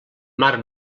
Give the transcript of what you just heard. mar